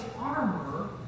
armor